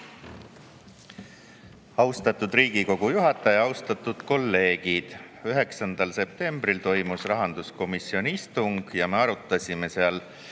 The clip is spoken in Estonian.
Austatud Riigikogu juhataja! Austatud kolleegid! 9. septembril toimus rahanduskomisjoni istung ja me arutasime seal